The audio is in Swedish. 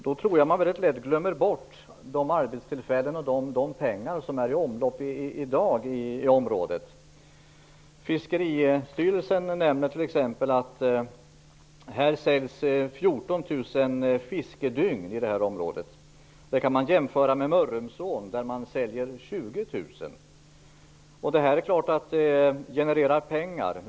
Men man bör inte glömma bort de arbetstillfällen och de pengar som är i omlopp i dag i området. Fiskeristyrelsen nämner t.ex. att det i området säljs 14 000 fiskedygn. Det kan jämföras med Mörrumsån, där man säljer 20 000. Det här genererar förstås pengar.